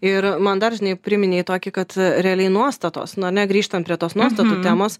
ir man dar žinai priminei tokį kad realiai nuostatos na ne grįžtant prie tos nuostatų temos